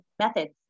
methods